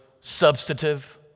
substantive